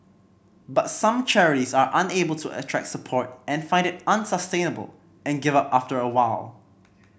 but some charities are unable to attract support and find it unsustainable and give up after a while